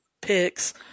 picks